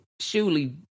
surely